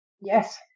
Yes